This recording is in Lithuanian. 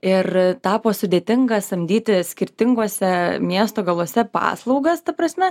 ir tapo sudėtinga samdyti skirtinguose miesto galuose paslaugas ta prasme